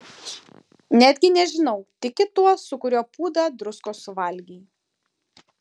netgi nežinau tiki tuo su kuriuo pūdą druskos suvalgei